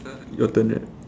your turn right